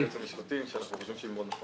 נדון